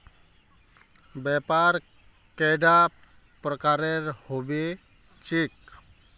व्यापार कैडा प्रकारेर होबे चेक?